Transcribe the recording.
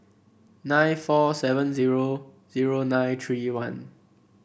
nine four seven zero zero nine three one